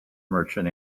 merchant